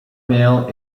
male